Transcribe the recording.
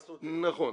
נכון.